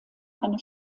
eine